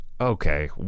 okay